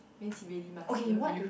means he really must love you